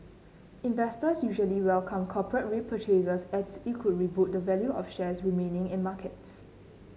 investors usually welcome corporate repurchases as it could boost the value of shares remaining in markets